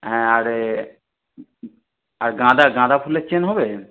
হ্যাঁ আরে আর গাঁদা গাঁদা ফুলের চেন হবে